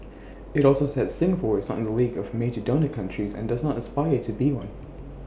IT also said Singapore is not in the league of major donor countries and does not aspire to be one